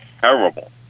terrible